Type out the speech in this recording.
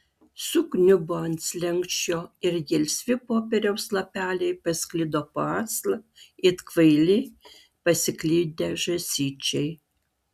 sukniubo ant slenksčio ir gelsvi popieriaus lapeliai pasklido po aslą it kvaili pasiklydę žąsyčiai